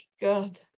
God